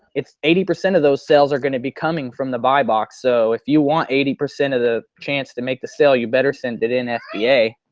eighty percent of those sales are going to be coming from the buy box so if you want eighty percent of the chance to make the sale, you better send it in ah fba.